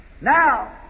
Now